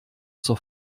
zur